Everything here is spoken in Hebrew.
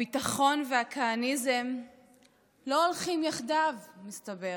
הביטחון והכהניזם לא הולכים יחדיו, מסתבר.